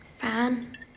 Fine